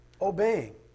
obeying